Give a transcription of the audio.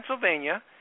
Pennsylvania